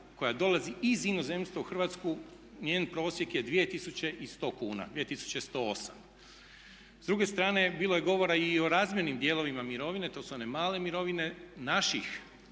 koja dolazi iz inozemstva u Hrvatsku njen prosjek je 2108 kuna. S druge strane bilo je govora i o razmjernim dijelovima mirovine, to su one male mirovine, naših